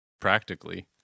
practically